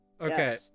Okay